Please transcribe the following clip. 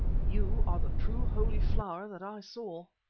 you are the true holy flower that i saw.